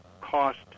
cost